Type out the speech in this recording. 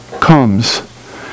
comes